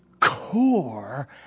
core